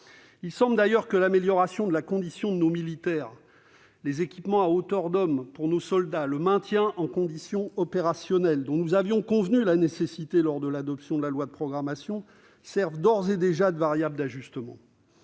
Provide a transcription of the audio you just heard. Il semble d'ailleurs que l'amélioration de la condition de nos militaires, les équipements « à hauteur d'homme » pour nos soldats et le maintien en condition opérationnelle, dont nous étions convenus de la nécessité lors de l'adoption du projet de loi de programmation, servent d'ores et déjà de variables d'ajustement.